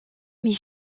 mit